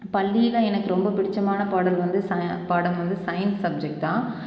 பள்ளியில் எனக்கு ரொம்ப பிடித்தமான பாடல் வந்து ச பாடம் வந்து சயின்ஸ் சப்ஜெக்ட் தான்